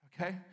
okay